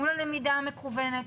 מול הלמידה המקוונת,